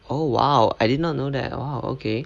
oh !wow! I did not know that oh okay